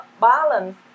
balance